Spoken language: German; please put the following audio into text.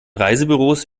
reisebüros